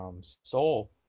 soul